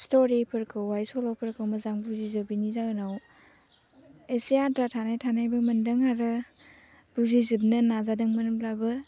स्ट'रिफोरखौहाय सल'फोरखौ मोजां बुजिजोबैनि जाहोनाव एसे आद्रा थानाय थानायबो मोनदों आरो बुजिजोबनो नाजादोंमोनब्लाबो